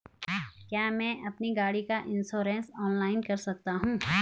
क्या मैं अपनी गाड़ी का इन्श्योरेंस ऑनलाइन कर सकता हूँ?